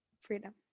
freedom